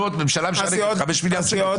בבחירות ממשלה משלמת 5 מיליארד שקלים.